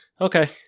Okay